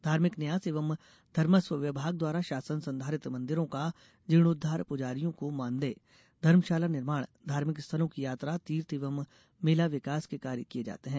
धार्मिक न्यास ेएवं धर्मस्व विभाग द्वारा शासन संधारित मंदिरों का जीर्णोद्वार पुजारियों को मानदेय धर्मशाला निर्माण धार्मिक स्थलों की यात्रा तीर्थ एवं मेला विकास के कार्य किये जाते हैं